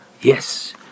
yes